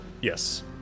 Yes